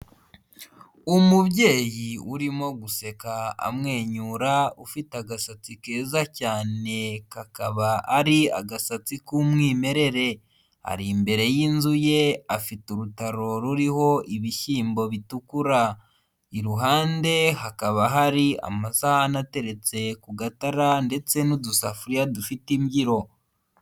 Umubyeyi urimo guseka amwenyura, ufite agasatsi keza cyane, kakaba ari agasatsi k'umwimerere. Ari imbere yinzu ye, afite urutaro ruriho ibishyimbo bitukura. Iruhande hakaba hari amasahani ateretse ku gatara ndetse n'udusafuriya dufite imbyiro.